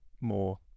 more